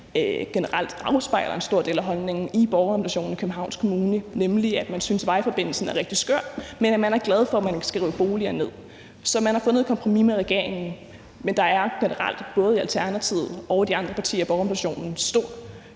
generelt afspejler en stor del af holdningen i borgerrepræsentationen i Københavns Kommune, nemlig at man synes, at vejforbindelsen er rigtig skør, men at man er glad for, at man ikke skal rive boliger ned. Så man har fundet et kompromis med regeringen, men der er generelt både i Alternativet og i de andre partier i borgerrepræsentationen stor